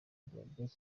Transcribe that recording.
diyabete